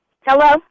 Hello